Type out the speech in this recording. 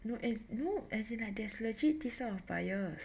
no as in you know as in like there's legit this sort of bias